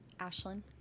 Ashlyn